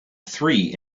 three